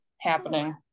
happening